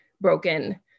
broken